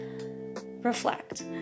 Reflect